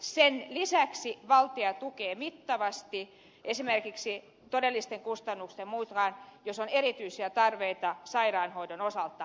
sen lisäksi valtio tukee mittavasti esimerkiksi todellisten kustannusten mukaan jos on erityisiä tarpeita sairaanhoidon osalta